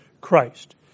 Christ